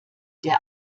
der